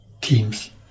teams